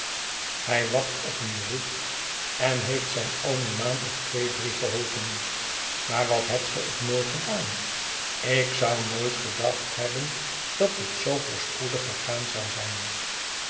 hij wacht op een beroep en heeft zijn oom een maand of twee drie geholpen maar wat hebt ge het mooi gedaan ik zou nooit gedacht hebben dat het zoo voorspoedig gegaan zou zijn